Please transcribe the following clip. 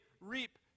reap